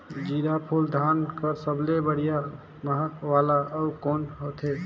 जीराफुल धान कस सबले बढ़िया महक वाला अउ कोन होथै?